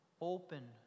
open